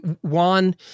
Juan